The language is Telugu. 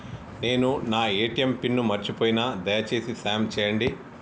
నేను నా ఏ.టీ.ఎం పిన్ను మర్చిపోయిన, దయచేసి సాయం చేయండి